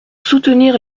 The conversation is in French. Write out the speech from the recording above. soutenir